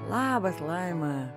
labas laima